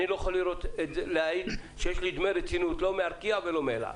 אני לא יכול להעיד שיש לי דמי רצינות לא מארקיע ולא מאל על,